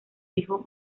hijo